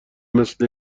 مثل